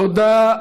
תודה.